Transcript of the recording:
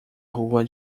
rua